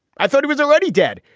i thought he was already dead.